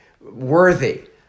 worthy